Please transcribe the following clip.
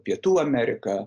pietų amerika